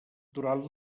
durant